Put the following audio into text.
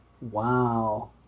Wow